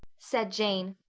said jane.